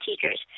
teachers